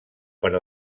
per